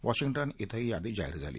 Washington क्वे ही यादी जाहीर झाली